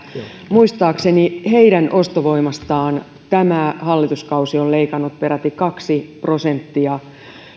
muistaakseni heidän ostovoimastaan tämä hallituskausi on leikannut peräti kaksi prosenttia ja